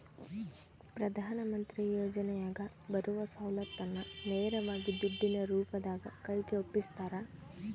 ಪ್ರಧಾನ ಮಂತ್ರಿ ಯೋಜನೆಯಾಗ ಬರುವ ಸೌಲತ್ತನ್ನ ನೇರವಾಗಿ ದುಡ್ಡಿನ ರೂಪದಾಗ ಕೈಗೆ ಒಪ್ಪಿಸ್ತಾರ?